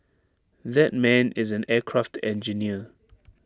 that man is an aircraft engineer